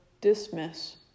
dismiss